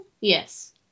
Yes